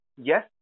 Yes